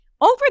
Over